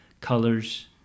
colors